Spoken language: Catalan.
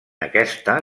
aquesta